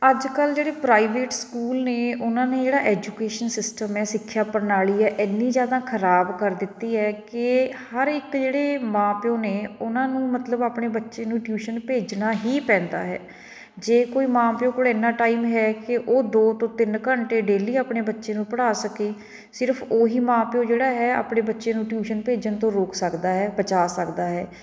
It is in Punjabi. ਅੱਜ ਕੱਲ੍ਹ ਜਿਹੜੀ ਪ੍ਰਾਈਵੇਟ ਸਕੂਲ ਨੇ ਉਹਨਾਂ ਨੇ ਜਿਹੜਾ ਐਜੂਕੇਸ਼ਨ ਸਿਸਟਮ ਹੈ ਸਿੱਖਿਆ ਪ੍ਰਣਾਲੀ ਹੈ ਇੰਨੀ ਜ਼ਿਆਦਾ ਖਰਾਬ ਕਰ ਦਿੱਤੀ ਹੈ ਕਿ ਹਰ ਇੱਕ ਜਿਹੜੇ ਮਾਂ ਪਿਓ ਨੇ ਉਹਨਾਂ ਨੂੰ ਮਤਲਬ ਆਪਣੇ ਬੱਚੇ ਨੂੰ ਟਿਊਸ਼ਨ ਭੇਜਣਾ ਹੀ ਪੈਂਦਾ ਹੈ ਜੇ ਕੋਈ ਮਾਂ ਪਿਓ ਕੋਲ ਇੰਨਾ ਟਾਈਮ ਹੈ ਕਿ ਉਹ ਦੋ ਤੋਂ ਤਿੰਨ ਘੰਟੇ ਡੇਲੀ ਆਪਣੇ ਬੱਚੇ ਨੂੰ ਪੜ੍ਹਾ ਸਕੇ ਸਿਰਫ ਉਹੀ ਮਾਂ ਪਿਓ ਜਿਹੜਾ ਹੈ ਆਪਣੇ ਬੱਚੇ ਨੂੰ ਟਿਊਸ਼ਨ ਭੇਜਣ ਤੋਂ ਰੋਕ ਸਕਦਾ ਹੈ ਪਹੁੰਚਾ ਸਕਦਾ ਹੈ